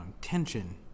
tension